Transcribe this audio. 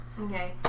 okay